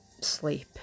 sleep